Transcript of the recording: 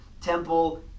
Temple